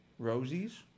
Rosies